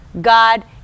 God